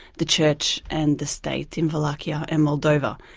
the church and the state in wallachia and moldova.